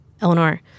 Eleanor